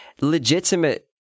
legitimate